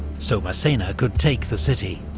so massena could take the city.